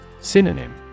Synonym